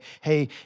Hey